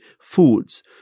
foods